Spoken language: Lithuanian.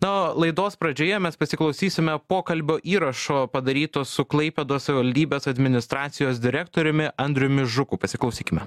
na laidos pradžioje mes pasiklausysime pokalbio įrašo padaryto su klaipėdos savaldybės administracijos direktoriumi andriumi žuku pasiklausykime